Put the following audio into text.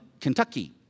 Kentucky